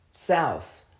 south